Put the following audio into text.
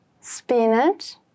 spinach